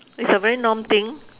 it's a very norm thing